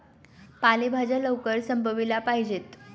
पालेभाज्या लवकर संपविल्या पाहिजेत